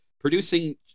producing